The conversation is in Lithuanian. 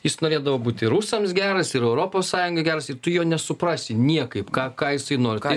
jis norėdavo būti rusams geras ir europos sąjungai geras ir tu jo nesuprasi niekaip ką ką jisai nori ką